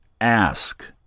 ask